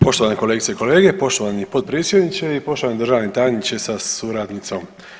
Poštovane kolegice i kolege, poštovani potpredsjedniče i poštovani državni tajniče sa suradnicom.